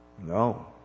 no